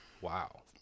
Wow